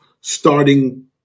starting